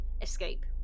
escape